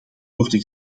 worden